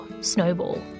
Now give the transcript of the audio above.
snowball